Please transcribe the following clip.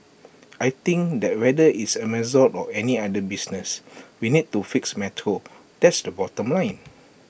I think that whether it's Amazon or any other business we need to fix metro that's the bottom line